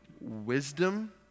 wisdom